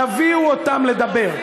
תביאו אותם לדבר.